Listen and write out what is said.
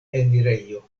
enirejo